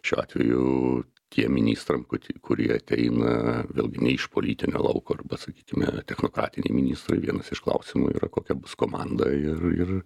šiuo atveju tiem ministram kurie ateina vėlgi ne iš politinio lauko arba sakykime technokratiniai ministrai vienas iš klausimų yra kokia bus komanda ir ir